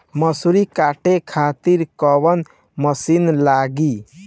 मसूरी काटे खातिर कोवन मसिन लागी?